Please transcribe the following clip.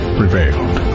prevailed